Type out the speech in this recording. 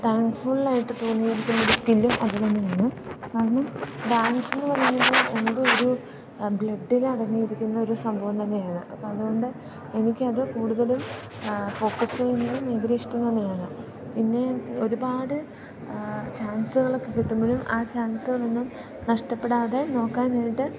thankful ആയിട്ട് തോന്നിയിരിക്കുന്ന ഒരു സ്കില്ലും അത് തന്നെയാണ് കാരണം ഡാൻസ് എന്ന് പറയുന്നത് എന്തോ ഒരു ബ്ലഡ്ഡിലടങ്ങിയിരിക്കുന്ന ഒരു സംഭവംതന്നെയാണ് അപ്പം അതുകൊണ്ട് എനിക്കത് കൂടുതലും ഫോക്കസ്സ് ചെയ്യുന്നതും ഭയങ്കര ഇഷ്ടംതന്നെയാണ് പിന്നെ ഒരുപാട് ചാൻസുകളൊക്കെ കിട്ടുമ്പോഴും ആ ചാൻസുകളൊന്നും നഷ്ടപ്പെടാതെ നോക്കാനായിട്ട്